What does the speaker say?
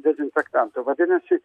dezinfektanto vadinasi